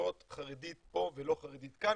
שמושיבות חרדית פה ולא חרדית כאן,